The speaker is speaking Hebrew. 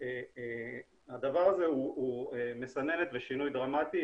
הדבר הזה הוא מסננת ושינוי דרמטי.